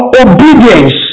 obedience